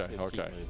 okay